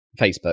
Facebook